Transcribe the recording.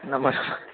नमः